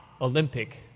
Olympic